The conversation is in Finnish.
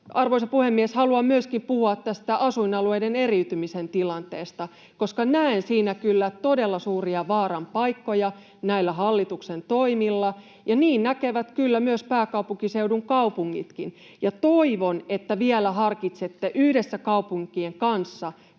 Arvoisa puhemies! Haluan myöskin puhua tästä asuinalueiden eriytymisen tilanteesta, koska näen siinä kyllä todella suuria vaaran paikkoja näillä hallituksen toimilla ja niin näkevät kyllä myös pääkaupunkiseudun kaupungitkin. Toivon, että vielä harkitsette yhdessä kaupunkien kanssa